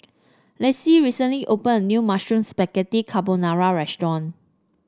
Lissie recently opened a new Mushroom Spaghetti Carbonara Restaurant